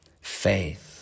faith